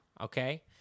okay